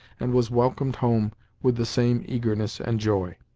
and was welcomed home with the same eagerness and joy.